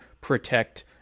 protect